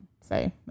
say